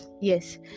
yes